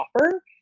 offer